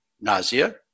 nausea